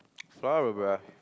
flower bro